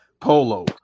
polo